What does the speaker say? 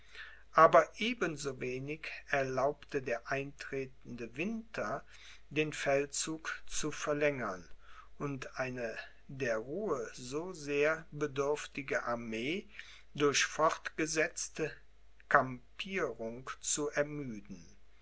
aber eben so wenig erlaubte der eintretende winter den feldzug zu verlängern und eine der ruhe so sehr bedürftige armee durch fortgesetzte campierung zu ermüden